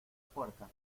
puerta